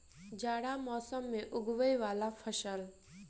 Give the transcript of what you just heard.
जाड़ा मौसम मे उगवय वला फसल?